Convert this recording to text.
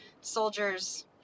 soldiers